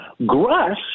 Grush